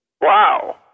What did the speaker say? Wow